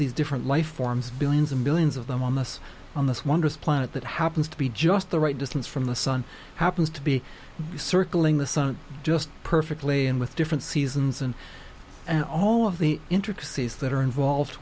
these different life forms billions and billions of them on this on this wondrous planet that happens to be just the right distance from the sun happens to be circling the sun just perfectly and with different seasons and all of the intricacies that are involved